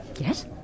Yes